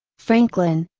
franklin,